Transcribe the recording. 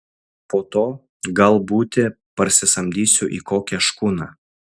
po to gal būti parsisamdysiu į kokią škuną